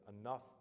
enough